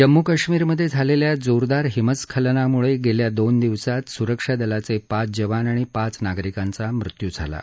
जम्मू कश्मीर मध्ये झालेल्या जोरदार हिमस्खलनामुळे गेल्या दोन दिवसात सुरक्षा दलाचे पाच जवान आणि पाच नागरिकांचा मृत्यू झाला आहे